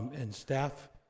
and staff,